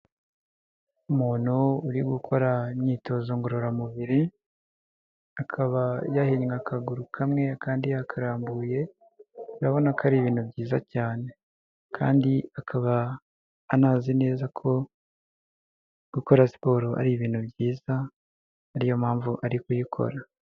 Umuntu uri gukora imyitozo ngororamubiri akaba yahinnye akaguru kamwe akandi yakarambuye urabona ko ari ibintu byiza cyane kandi akaba anazi neza ko gukora siporo ari ibintu byiza ariyo mpamvu ari kuyikora.